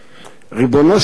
ריבונו של עולם,